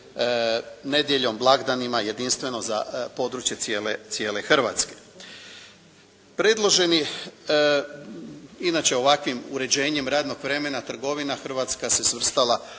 nedjeljom, blagdanima jedinstveno za područje cijele Hrvatske. Predloženim inače ovakvim uređenjem radnog vremena trgovina Hrvatska se svrstala